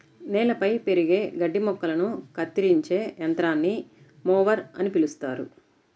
నేలపై పెరిగే గడ్డి మొక్కలను కత్తిరించే యంత్రాన్ని మొవర్ అని పిలుస్తారు